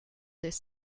this